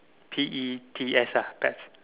P E T S ah pets